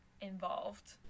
involved